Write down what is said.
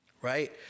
Right